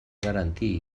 garantir